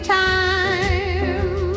time